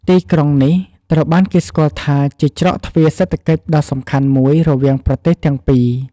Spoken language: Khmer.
ទីក្រុងនេះត្រូវបានគេស្គាល់ថាជាច្រកទ្វារសេដ្ឋកិច្ចដ៏សំខាន់មួយរវាងប្រទេសទាំងពីរ។